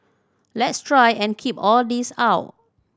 let's try and keep all this out